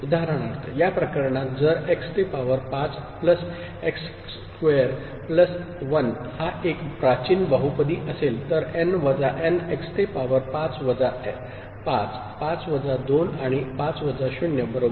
उदाहरणार्थ या प्रकरणात जर एक्स ते power 5 plus x square plus 1 हा एक प्राचीन बहुपदी असेल तर एन वजा एन एक्स ते पॉवर 5 वजा 5 5 वजा 2 आणि 5 वजा 0 बरोबर आहे